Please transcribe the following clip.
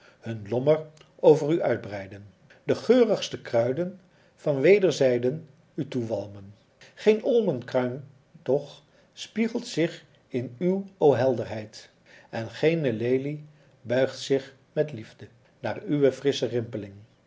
hun lommer over u uitbreiden de geurigste kruiden van wederszijden u toewalmen geen olmekruin toch spiegelt zich in uw o helderheid en geene lelie buigt zich met liefde naar uwe frissche rimpeling